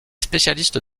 spécialiste